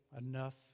Enough